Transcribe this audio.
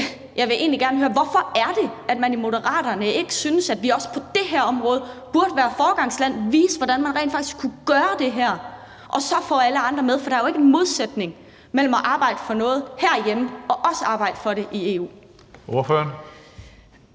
Jeg vil egentlig gerne høre, hvorfor det er, at man i Moderaterne ikke synes, at vi også på det her område burde være et foregangsland og vise, hvordan man rent faktisk kunne gøre det her, og så få alle andre med. For der er jo ikke en modsætning mellem at arbejde for noget herhjemme og også arbejde for det i EU.